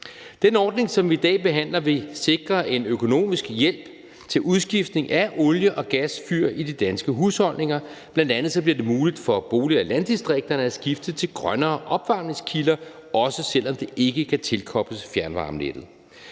Den ordning, som vi i dag behandler, vil sikre en økonomisk hjælp til udskiftning af olie- og gasfyr i de danske husholdninger. Bl.a. bliver det muligt for boliger i landdistrikterne at skifte til grønnere opvarmningskilder, også selv om det ikke kan tilkobles fjernvarmenettet.